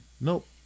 Nope